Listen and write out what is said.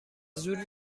زور